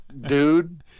dude